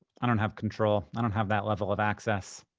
i don't have control. i don't have that level of access.